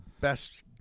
best